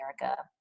America